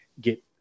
get